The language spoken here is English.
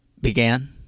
began